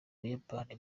buyapani